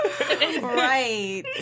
Right